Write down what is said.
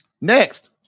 Next